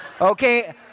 Okay